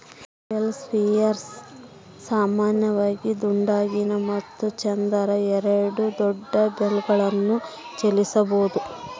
bale spears ಸಾಮಾನ್ಯವಾಗಿ ದುಂಡಗಿನ ಮತ್ತು ಚದರ ಎರಡೂ ದೊಡ್ಡ ಬೇಲ್ಗಳನ್ನು ಚಲಿಸಬೋದು